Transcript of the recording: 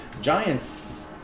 Giants